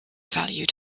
valued